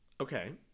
Okay